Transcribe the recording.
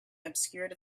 obscured